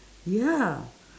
ya